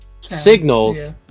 signals